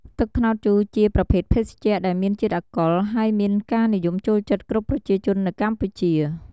ទឹកត្នោតជូរជាប្រភេទភេសជ្ជៈដែលមានជាតិអាល់កុល ហើយមានការនិយមចូលចិត្តគ្រប់ប្រជាជននៅកម្ពុជា។